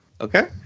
okay